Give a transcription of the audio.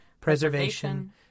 preservation